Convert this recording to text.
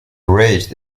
raised